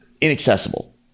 inaccessible